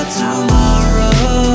tomorrow